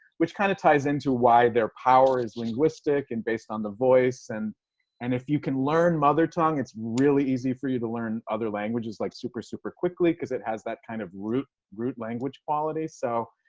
which kind of ties into why their power is linguistic and based on the voice. and and if you can learn mothertongue, it's really easy for you to learn other languages like super, super quickly. cause it has that kind of root root language quality. so,